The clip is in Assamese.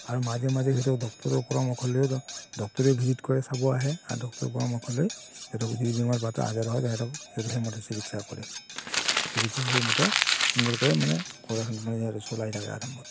আৰু মাজে মাজে সিহঁতক ডক্তৰৰ পৰামৰ্শ লৈ ডক্তৰে ভিজিট কৰে চাব আহে আৰু ডক্তৰৰ পৰামৰ্শ লৈ সিহঁতক যি বেমাৰ আজাৰ হয় তাহাঁতক সেই মতে চিকিৎসা কৰে চিকিৎসা কৰি মতে সুন্দৰকৈ মানে ঘৰত মানে চলাই থাকে আৰামত